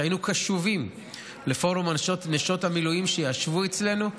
היינו קשובים לפורום נשות המילואים שישבו אצלנו,